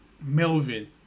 melvin